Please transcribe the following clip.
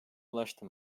ulaştı